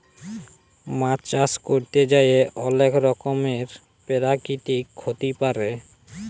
মাছ চাষ ক্যরতে যাঁয়ে অলেক রকমের পেরাকিতিক ক্ষতি পারে